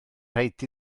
rhaid